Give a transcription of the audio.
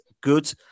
good